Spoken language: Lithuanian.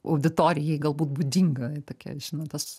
auditorijai galbūt būdinga tokia žinot tas